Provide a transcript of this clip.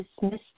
dismiss